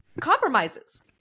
Compromises